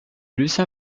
lucien